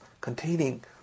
containing